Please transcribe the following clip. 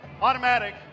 Automatic